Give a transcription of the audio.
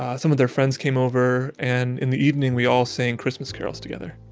ah some of their friends came over. and in the evening, we all sang christmas carols together